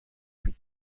kuit